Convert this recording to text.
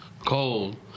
cold